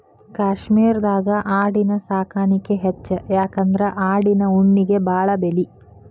ಕಾಶ್ಮೇರದಾಗ ಆಡಿನ ಸಾಕಾಣಿಕೆ ಹೆಚ್ಚ ಯಾಕಂದ್ರ ಆಡಿನ ಉಣ್ಣಿಗೆ ಬಾಳ ಬೆಲಿ